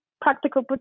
practical